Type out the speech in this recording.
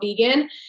vegan